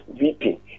Weeping